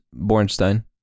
Bornstein